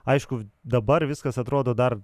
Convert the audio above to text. aišku dabar viskas atrodo dar